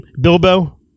Bilbo